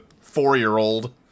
four-year-old